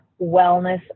wellness